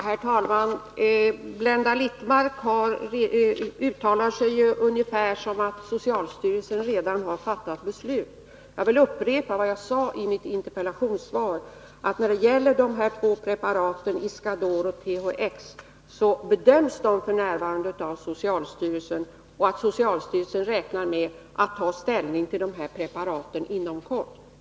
Herr talman! Blenda Littmarck uttalar sig ungefär som om socialstyrelsen redan har fattat beslut. Jag vill upprepa vad jag sade i interpellationssvaret: De två preparaten Iscador och THX bedöms f. n. av socialstyrelsen, och socialstyrelsen räknar med att ta ställning till preparaten inom kort.